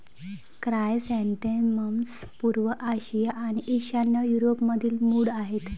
chrysanthemums पूर्व आशिया आणि ईशान्य युरोपमधील मूळ आहेत